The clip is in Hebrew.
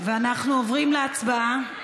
אנחנו עוברים להצבעה.